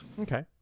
Okay